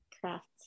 craft